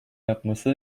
yapması